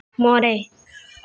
ᱢᱚᱬᱮ